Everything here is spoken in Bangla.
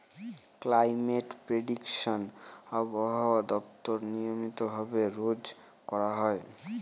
ক্লাইমেট প্রেডিকশন আবহাওয়া দপ্তর নিয়মিত ভাবে রোজ করা হয়